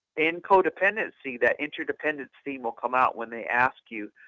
in co-dependency, that interdependence theme will come out when they ask you,